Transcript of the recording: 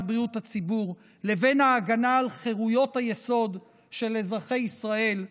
בריאות הציבור לבין ההגנה על חירויות היסוד של ארחי ישראל,